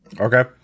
Okay